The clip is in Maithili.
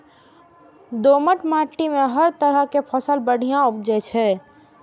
दोमट माटि मे हर तरहक फसल बढ़िया उपजै छै